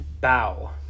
bow